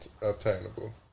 obtainable